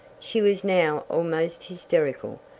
she was now almost hysterical,